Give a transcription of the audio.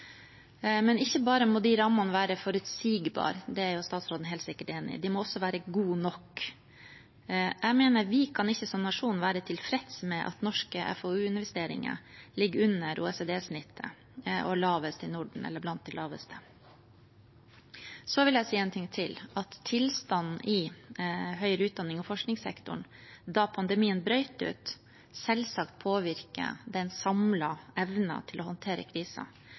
Men ikke bare må de rammene være forutsigbare, det er statsråden helt sikkert enig i, de må også være gode nok. Jeg mener at vi som nasjon ikke kan være tilfreds med at norske FoU-investeringer ligger under OECD-snittet og er blant de laveste i Norden. Så vil jeg si én ting til: Tilstanden i høyere utdannings- og forskningssektoren da pandemien brøt ut, påvirker selvsagt den samlede evnen til å håndtere